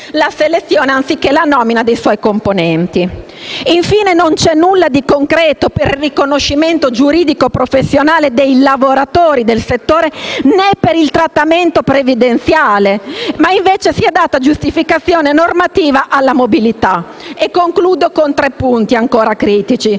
la selezione, anziché la nomina, dei suoi componenti. Infine, non c'è nulla di concreto per il riconoscimento giuridico professionale dei lavoratori del settore né per il trattamento previdenziale. Invece, si è data giustificazione normativa alla mobilità. Concludo con tre punti ancora critici.